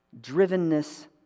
drivenness